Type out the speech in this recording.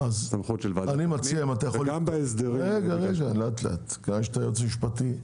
אני מציע, בגלל שאתה יועץ משפטי,